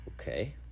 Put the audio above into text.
Okay